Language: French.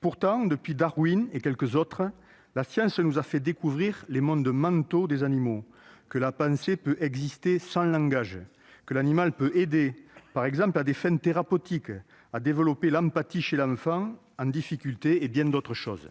Pourtant, depuis Charles Darwin et quelques autres, la science nous a fait découvrir les mondes mentaux des animaux. Elle nous a appris que la pensée pouvait exister sans langage, que l'animal pouvait aider, par exemple à des fins thérapeutiques, à développer l'empathie chez l'enfant en difficulté et bien d'autres choses.